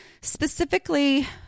Specifically